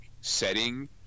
setting